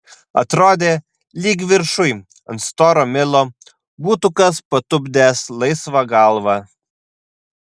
atrodė lyg viršuj ant storo milo būtų kas patupdęs laisvą galvą